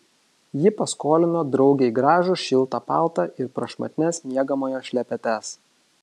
ji paskolino draugei gražų šiltą paltą ir prašmatnias miegamojo šlepetes